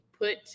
Put